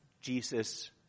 Jesus